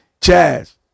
chaz